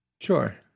Sure